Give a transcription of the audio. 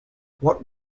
what